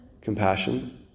Compassion